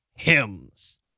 Hymns